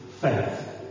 faith